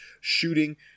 shooting